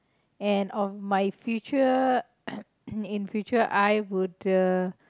and on my future in future I would uh